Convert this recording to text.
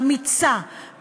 אמיצה,